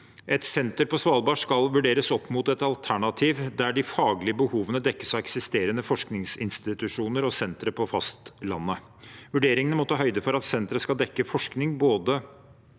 Et senter på Svalbard skal vurderes opp mot et alternativ der de faglige behovene dekkes av eksisterende forskningsinstitusjoner og sentre på fastlandet. Vurderingene må ta høyde for at senteret skal dekke forskning på